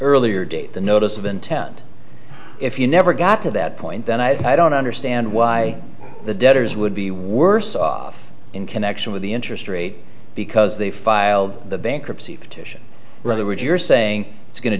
earlier date the notice of intent if you never got to that point then i don't understand why the debtors would be worse off in connection with the interest rate because they file the bankruptcy protection rather would you're saying it's going to